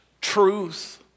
truth